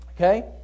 Okay